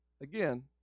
again